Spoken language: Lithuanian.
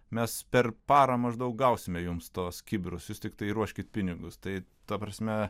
mes per parą maždaug gausime jums tos kibirus jūs tiktai ruoškit pinigus tai ta prasme